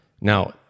Now